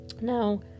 Now